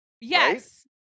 yes